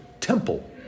temple